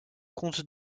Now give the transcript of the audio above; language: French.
compte